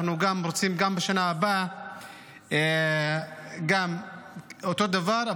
אנחנו רוצים גם בשנה הבאה אותו דבר,